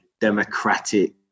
democratic